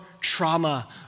trauma